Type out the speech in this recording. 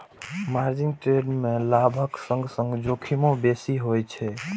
margin trade मे लाभक संग संग जोखिमो बेसी होइ छै